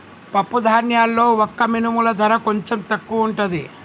పప్పు ధాన్యాల్లో వక్క మినుముల ధర కొంచెం తక్కువుంటది